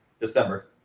December